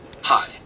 Hi